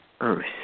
Earth